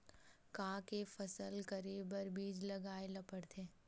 का के फसल करे बर बीज लगाए ला पड़थे?